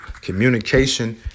Communication